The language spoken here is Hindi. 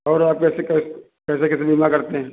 और आप कैसे क्या कैसे कितनी जमा करते हैं